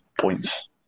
points